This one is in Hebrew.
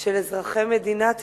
של אזרחי מדינת ישראל,